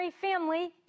family